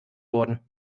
wurden